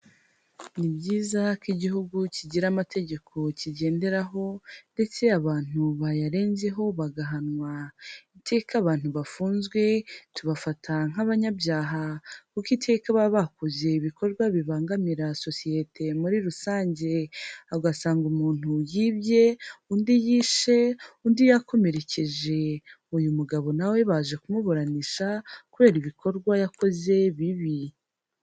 Ni byiza ko igihugu kigira amategeko kigenderaho ndetse abantu bayarenzeho bagahanwa. Iteka abantu bafunzwe tubafata nk'abanyabyaha, kuko iteka baba bakoze ibikorwa bibangamira sosiyete muri rusange. Ugasanga umuntu yibye, undi yishe, undi yakomerekeje. Uyu mugabo na we baje kumuburanisha kubera ibikorwa yakoze bibi.